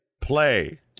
play